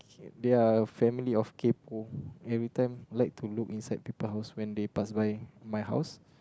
okay they are family of kaypo everytime like to look inside people house when they pass by my house